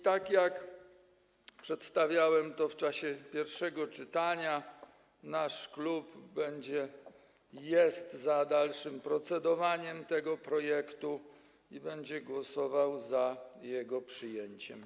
Tak jak przedstawiałem to w czasie pierwszego czytania, nasz klub jest za dalszym procedowaniem nad tym projektem i będzie głosował za jego przyjęciem.